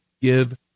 give